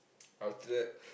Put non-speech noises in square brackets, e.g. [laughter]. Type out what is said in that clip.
after that [breath]